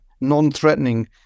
non-threatening